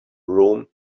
room